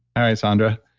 all right, saundra.